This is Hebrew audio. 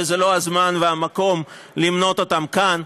וזה לא הזמן והמקום למנות אותן כאן,